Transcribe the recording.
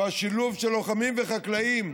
או השילוב של לוחמים וחקלאים,